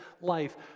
life